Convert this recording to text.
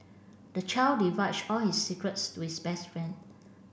the child divulged all his secrets to his best friend